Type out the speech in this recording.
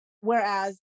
Whereas